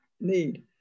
need